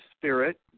spirit